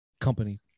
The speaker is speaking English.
company